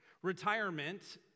Retirement